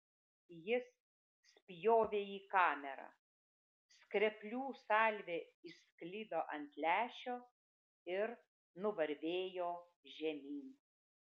jis spjovė į kamerą skreplių salvė išsklido ant lęšio ir nuvarvėjo žemyn